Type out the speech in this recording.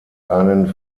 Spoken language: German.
einen